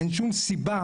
אין שום סיבה,